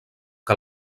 que